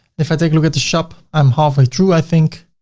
if i take a look at the shop, i'm halfway through, i think.